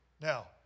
Now